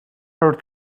her